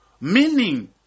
Meaning